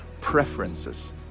preferences